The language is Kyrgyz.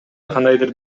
кандайдыр